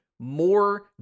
More